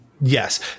Yes